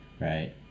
right